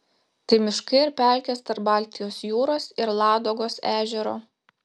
tai miškai ir pelkės tarp baltijos jūros ir ladogos ežero